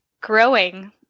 growing